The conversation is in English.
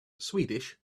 swedish